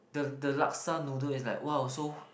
the the laksa noodle is like !wow! so